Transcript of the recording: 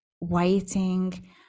waiting